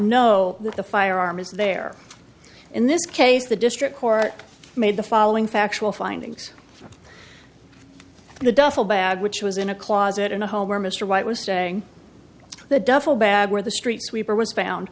know that the firearm is there in this case the district court made the following factual findings of the duffel bag which was in a closet in a home where mr white was staying the duffel bag where the street sweeper was found